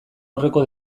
aurreko